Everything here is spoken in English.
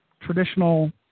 traditional